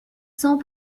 cents